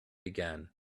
began